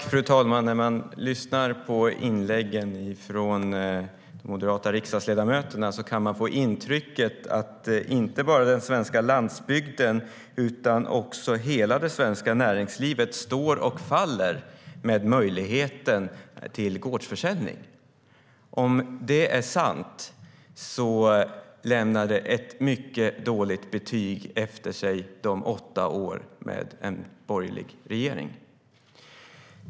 Fru talman! Inläggen från de moderata riksdagsledamöterna ger intrycket att inte bara den svenska landsbygden utan också hela det svenska näringslivet står och faller med möjligheten till gårdsförsäljning. Om det är sant lämnar åtta år med en borgerlig regering ett mycket dåligt betyg efter sig.